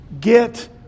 Get